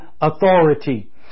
authority